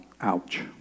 ouch